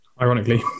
Ironically